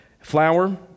flour